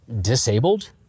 disabled